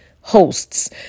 hosts